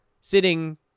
sitting